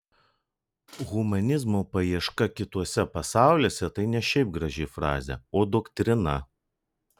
humanizmo paieška kituose pasauliuose tai ne šiaip graži frazė o doktrina